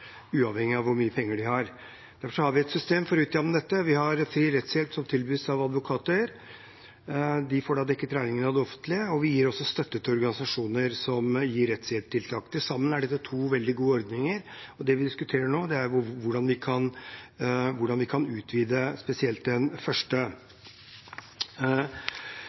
uavhengig av hvor mye penger de har. Derfor har vi et system for å utjevne dette. Vi har fri rettshjelp som tilbys av advokater – de får da dekket regningen av det offentlige – og vi gir også støtte til organisasjoner som gir rettshjelp. Til sammen er dette to veldig gode ordninger, og det vi diskuterer nå, er hvordan vi kan utvide spesielt den første.